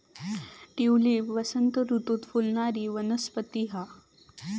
tulip वसंत ऋतूत फुलणारी वनस्पती हा